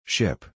Ship